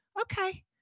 okay